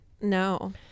No